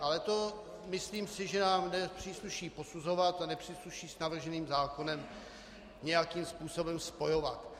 Ale myslím si, že to nám nepřísluší posuzovat a nepřísluší s navrženým zákonem nějakým způsobem spojovat.